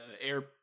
air